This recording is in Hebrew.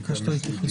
ביקשת להתייחס.